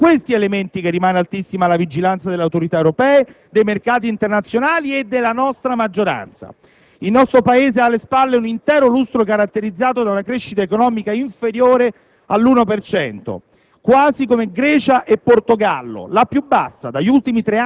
alcun controllo durante la scorsa legislatura. È su tali elementi che rimane altissima la vigilanza delle autorità europee, dei mercati internazionali e della nostra maggioranza. Il nostro Paese ha alle spalle un intero lustro caratterizzato da una crescita economica inferiore all'1